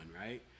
right